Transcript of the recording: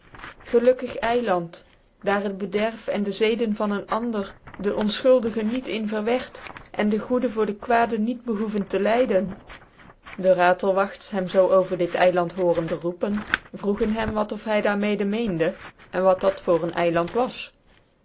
gelukkig eiland daar het bederf en de zeden van een ander dc onfchuldige niet in verwert en dc goede voor de kwade niet behoeven tc lydcn dc ratelwagts hem zoo over dit eiland hoorende roepen vroegen hem wat of hy daar mede meende en wat dat voor een eiland was